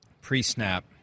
pre-snap